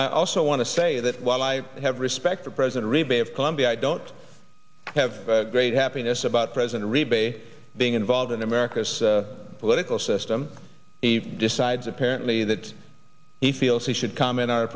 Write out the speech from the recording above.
i also want to say that while i have respect the president rebate of colombia i don't have great happiness about president rebate being involved in america's political system he decides apparently that he feels he should comment on a